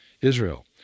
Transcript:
Israel